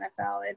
NFL